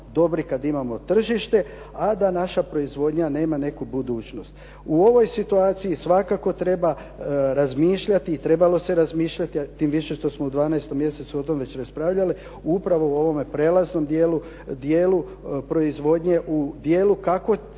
dobri kad imamo tržište, a da naša proizvodnja nema neku budućnost. U ovoj situaciji svakako treba razmišljati i trebalo se razmišljati, tim više što smo u 12. mjesecu o tom već raspravljali, u upravo ovome prijelaznom dijelu proizvodnje u dijelu kako